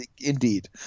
Indeed